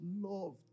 loved